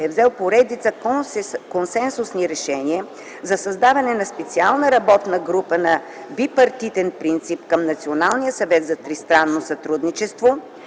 е взел поредица консенсусни решения за създаване на специална работна група на бипартитен принцип към Националния съвет за тристранно сътрудничество,